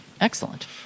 Excellent